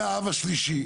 זה האב השלישי.